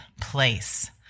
place